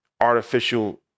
artificial